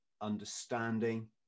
understanding